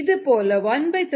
இதுபோல 113